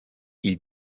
ils